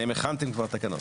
האם הכנתם כבר תקנות?